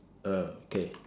err okay